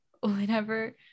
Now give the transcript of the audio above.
whenever